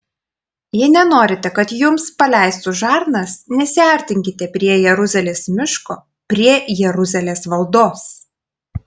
jei nenorite kad jums paleistų žarnas nesiartinkite prie jeruzalės miško prie jeruzalės valdos